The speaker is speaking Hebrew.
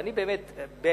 ואני באמת ובתמים,